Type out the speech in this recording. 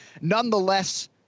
Nonetheless